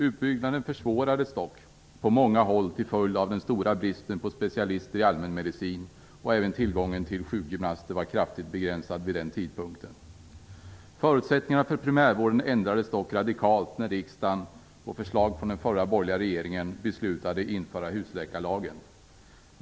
Utbyggnaden försvårades dock på många håll till följd av den stora bristen på specialister i allmänmedicin. Även tillgången till sjukgymnaster var kraftigt begränsad vid den tidpunkten. Förutsättningarna för primärvården ändrades dock radikalt när riksdagen på förslag från den förra, borgerliga regeringen beslutade införa husläkarlagen.